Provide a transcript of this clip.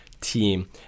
team